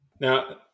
Now